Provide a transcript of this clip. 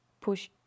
push